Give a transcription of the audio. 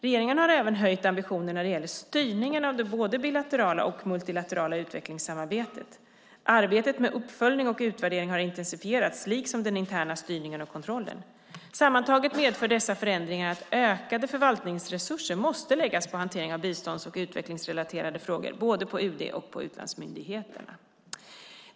Regeringen har även höjt ambitionen när det gäller styrningen av både det bilaterala och det multilaterala utvecklingssamarbetet. Arbetet med uppföljning och utvärdering har intensifierats liksom den interna styrningen och kontrollen. Sammantaget medför dessa förändringar att ökade förvaltningsresurser måste läggas på hanteringen av bistånds och utvecklingsrelaterade frågor, både på UD och på utlandsmyndigheterna.